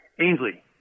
Ainsley